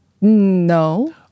No